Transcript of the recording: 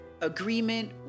Agreement